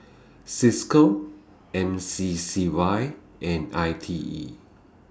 CISCO M C C Y and I T E